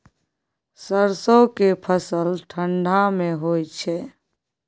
सरसो के फसल ठंडा मे होय छै?